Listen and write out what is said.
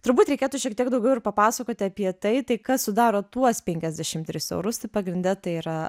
turbūt reikėtų šiek tiek daugiau ir papasakoti apie tai tai kas sudaro tuos penkiasdešimt tris eurus tai pagrinde tai yra